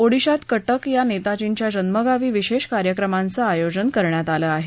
ओडिशात कटक या नेताजींच्या जन्मगावी विशेष कार्यक्रमांचं आयोजन करण्यात आलं आहे